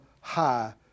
high